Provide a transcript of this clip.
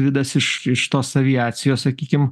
vidas iš iš tos aviacijos sakykim